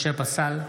משה פסל,